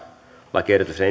lakiehdotuksen